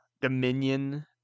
Dominion